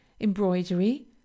embroidery